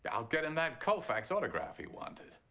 but i'll get him that koufax autograph he wanted.